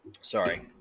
sorry –